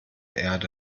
erde